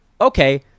okay